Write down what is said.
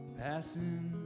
passing